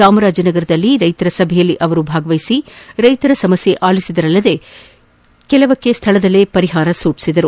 ಚಾಮರಾಜಸಗರದಲ್ಲಿ ರೈತರ ಸಭೆಯಲ್ಲಿ ಅವರು ಭಾಗವಹಿಸಿ ರೈತರ ಸಮಸ್ನೆ ಆಲಿಸಿದರಲ್ಲದೇ ಕೆಲವಕ್ಕೆ ಸ್ಥಳದಲ್ಲಿಯೇ ಪರಿಹಾರ ಸೂಚಿಸಿದರು